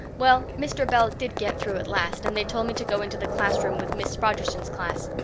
well, mr. bell did get through at last and they told me to go into the classroom with miss rogerson's class.